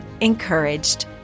Encouraged